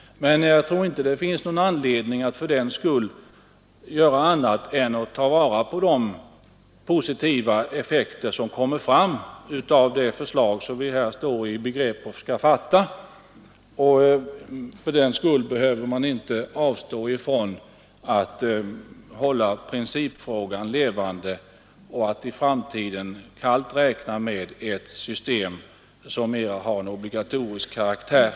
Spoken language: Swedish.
Men jag anser att det finns anledning att ta vara på de positiva effekter som kommer fram av det förslag som vi här står i begrepp att fatta beslut om i dag. Fördenskull behöver man inte avstå ifrån att hålla principfrågan levande och att i framtiden räkna med ett system som mera har en obligatorisk karaktär.